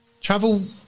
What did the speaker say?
Travel